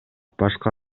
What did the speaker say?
башка